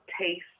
taste